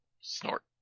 Snort